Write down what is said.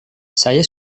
saya